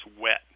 wet